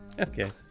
okay